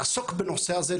לעסוק בנושא הזה,